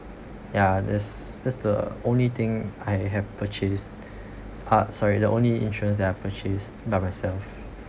ya that's that's the only thing I have purchased ah sorry the only insurance that I purchased by myself